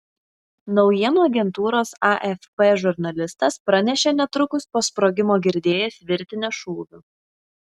naujienų agentūros afp žurnalistas pranešė netrukus po sprogimo girdėjęs virtinę šūvių